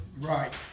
right